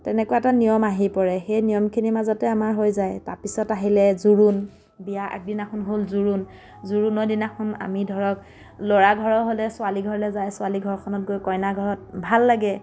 তেনেকুৱা এটা নিয়ম আহি পৰে সেই নিয়মখিনিৰ মাজতে আমাৰ হৈ যায় তাৰ পিছত আহিলে জোৰোণ বিয়াৰ আগদিনাখন হ'ল জোৰোণ জোৰোণৰ দিনাখন আমি ধৰক ল'ৰা ঘৰৰ হ'লে ছোৱালী ঘৰলে যায় ছোৱালী ঘৰখনত গৈ কইনা ঘৰত ভাল লাগে